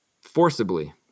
forcibly